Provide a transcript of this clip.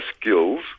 skills